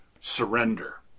surrender